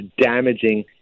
damaging